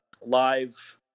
live